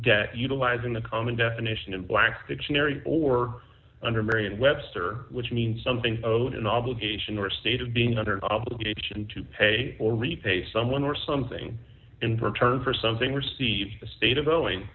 utilizing the common definition in black dictionary or under merriam webster which means something owed an obligation or a state of being under an obligation to pay or repay someone or something in return for something received the state of owing